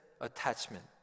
attachment